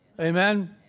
Amen